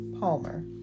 Palmer